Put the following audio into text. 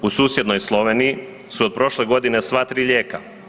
U susjednoj Sloveniji su od prošle godine sva tri lijeka.